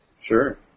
Sure